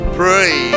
pray